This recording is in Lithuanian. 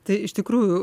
tai iš tikrųjų